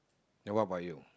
then what about you